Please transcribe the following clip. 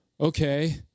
Okay